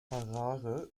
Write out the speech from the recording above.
harare